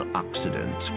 accident